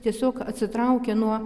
tiesiog atsitraukia nuo